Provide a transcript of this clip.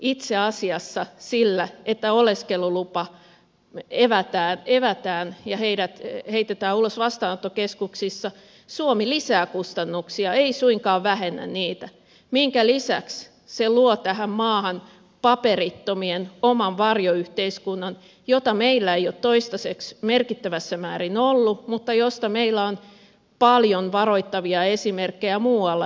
itse asiassa sillä että oleskelulupa evätään ja heidät heitetään ulos vastaanottokeskuksista suomi lisää kustannuksia ei suinkaan vähennä niitä minkä lisäksi se luo tähän maahan paperittomien oman varjoyhteiskunnan jota meillä ei ole toistaiseksi merkittävässä määrin ollut mutta josta meillä on paljon varoittavia esimerkkejä muualta euroopasta